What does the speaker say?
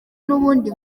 nubundi